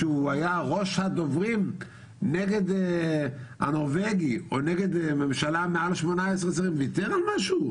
שהיה ראש הדוברים נגד הנורבגי או נגד ממשלה מעל 18 שרים ויתר על משהו?